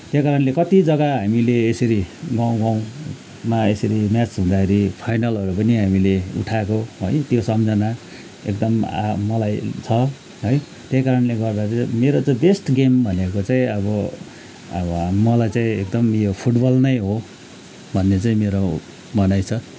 त्यही कारणले कति जग्गा हामीले यसरी गाउँ गाउँमा यसरी म्याच हुँदाखेरि फाइनलहरू पनि हामीले उठाएको है त्यो सम्झाना एकदम आ मलाई छ है त्यही कारणले गर्दा चाहिँ मेरो त बेस्ट गेम भनेको चाहिँ अब अब मलाई चाहिँ एकदम यो फुटबल नै हो भन्ने चाहिँ मेरो भनाइ छ